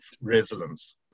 resilience